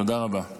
תודה רבה.